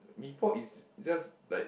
mee-pok is just like